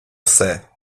все